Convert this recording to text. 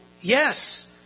Yes